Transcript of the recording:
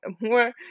more